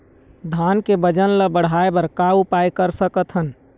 धान के वजन ला बढ़ाएं बर का उपाय कर सकथन?